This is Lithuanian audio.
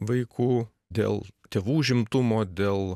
vaikų dėl tėvų užimtumo dėl